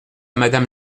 madame